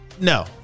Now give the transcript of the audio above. No